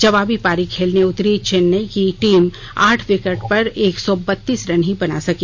जवाबी पारी खेलने उतरी चेन्नई की टीम आठ विकेट पर एक सौ बत्तीस रन ही बना सकी